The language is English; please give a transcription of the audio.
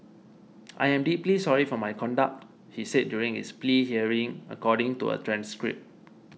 I am deeply sorry for my conduct he said during his plea hearing according to a transcript